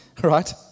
right